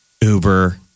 Uber